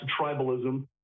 tribalism